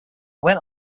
went